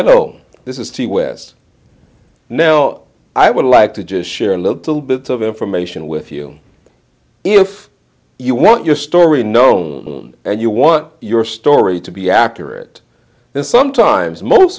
hello this is t west now i would like to just share a little bit of information with you if you want your story know you want your story to be accurate and sometimes most